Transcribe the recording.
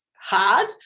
hard